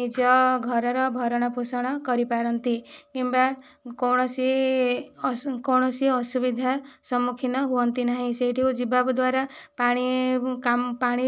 ନିଜ ଘରର ଭରଣପୋଷଣ କରିପାରନ୍ତି କିମ୍ବା କୌଣସି କୌଣସି ଅସୁବିଧା ସମ୍ମୁଖୀନ ହୁଅନ୍ତିନାହିଁ ସେଇଠିକୁ ଯିବାକୁ ଦ୍ୱାରା ପାଣି କା ପାଣି